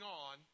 on